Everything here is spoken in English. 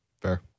fair